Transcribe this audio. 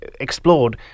explored